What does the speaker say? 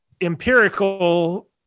empirical